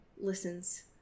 listens